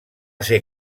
ser